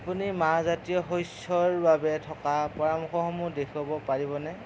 আপুনি মাহজাতীয় শস্যৰ বাবে থকা পৰামৰ্শসমূহ দেখুৱাব পাৰিবনে